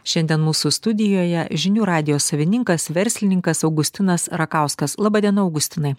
šiandien mūsų studijoje žinių radijo savininkas verslininkas augustinas rakauskas laba diena augustinai